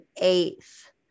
eighth